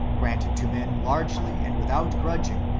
granting to men largely and without grudging,